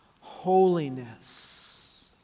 holiness